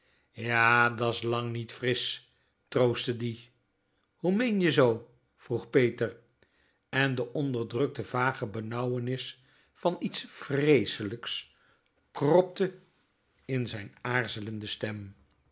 ja da's lang niet frisch troostte diè hoe meen je zoo vroeg peter en de onderdrukte vage benauwenis van iets vreeselijks kropte in zijn aarzelende stem